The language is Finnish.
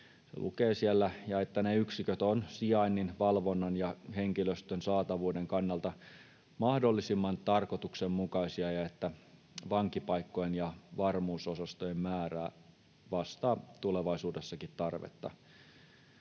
se lukee siellä — ja että ne yksiköt ovat sijainnin, valvonnan ja henkilöstön saatavuuden kannalta mahdollisimman tarkoituksenmukaisia ja että vankipaikkojen ja varmuusosastojen määrä vastaa tulevaisuudessakin tarvetta.